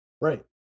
Right